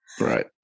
Right